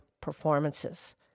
performances